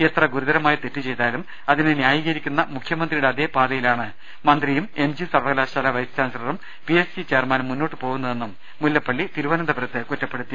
എത്ര ഗുരു തരമായ തെറ്റ് ചെയ്താലും അതിനെ ന്യായീകരിക്കുന്ന മുഖ്യമന്ത്രി യുടെ അതേ പാതയിലാണ് മന്ത്രിയും എംജി സർവ്വകലാശാലാ വൈസ് ചാൻസലറും പിഎസ്സി ചെയർമാനും മുന്നോട്ട് പോകുന്നതെന്നും മുല്ലപ്പള്ളി തിരുവനന്തപുരത്ത് കുറ്റപ്പെടുത്തി